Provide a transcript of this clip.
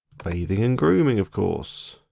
bathing and grooming of course.